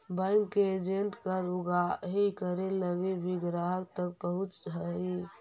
bank के agent कर उगाही करे लगी भी ग्राहक तक पहुंचऽ हइ